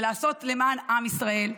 ולעשות למען עם ישראל,